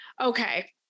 Okay